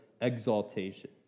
exaltation